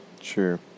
Sure